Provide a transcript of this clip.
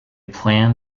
plan